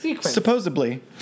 supposedly